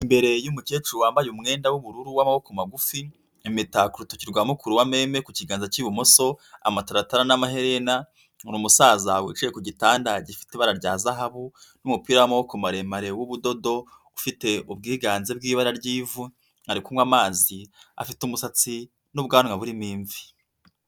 Imbere yumukecuru wambaye umwenda w'ubururu wamaboko magufi imitako ku rutoki rwa mukuru wa meme ku kiganza cy'ibumoso amataratara n'amaherena ni umusaza wicaye ku gitanda gifite ibara rya zahabu n'umupira w'maboko maremare w'ubudodo ufite ubwiganze bw'ibara ry'ivu ari kunywa amazi afite umusatsi n'ubwanwa burimo imvi.